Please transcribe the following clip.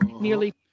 Nearly